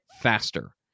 faster